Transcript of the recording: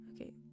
Okay